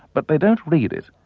but they don't read it,